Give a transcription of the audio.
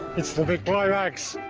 it's the big climax!